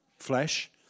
flesh